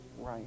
right